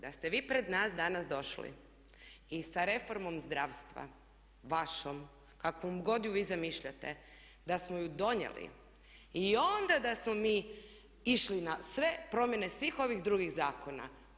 Da ste vi pred nas danas došli i sa reformom zdravstva vašom kakvom god je vi zamišljate da smo je donijeli i onda da smo mi išli na sve promjene svih ovih drugih zakona.